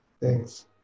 Thanks